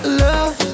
love